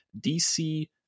DC